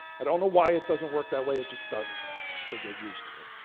i don't know why it doesn't work that way, it just doesn't. so get used to it,